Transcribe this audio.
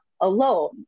alone